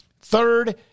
third